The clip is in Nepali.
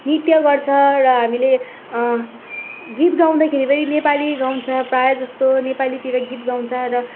नृत्य गर्छ र हामीले गीत गाउँदाखेरि पनि नेपाली गाउँछ प्रायः जस्तो नेपालीतिर गीत गाउँछ र